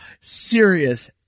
serious